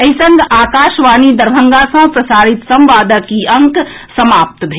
एहि संग आकाशवाणी दरभंगा सँ प्रसारित संवादक ई अंक समाप्त भेल